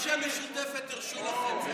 ההצעה להעביר את הצעת חוק נכסים